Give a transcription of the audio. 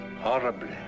horribly